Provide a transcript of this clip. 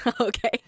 Okay